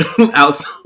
Outside